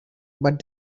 but